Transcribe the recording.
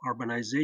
urbanization